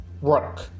work